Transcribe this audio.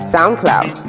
SoundCloud